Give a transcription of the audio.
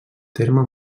terme